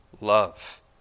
love